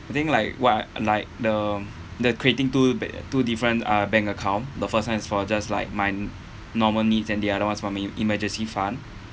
I think like what like the the creating two ba~ two different uh bank account the first one is for just like my normal needs and the other one's for me emergency fund